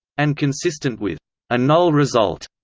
and consistent with a null result.